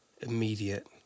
immediate